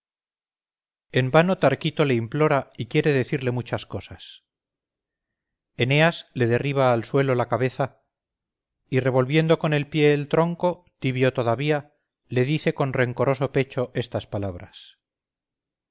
en vano tarquito le implora y quiere decirle muchas cosas eneas le derriba al suelo la cabeza y revolviendo con el pie el tronco tibio todavía le dice con rencoroso pecho estas palabras